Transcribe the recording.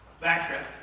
Backtrack